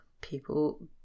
people